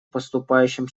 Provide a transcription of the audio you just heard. поступающим